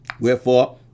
Wherefore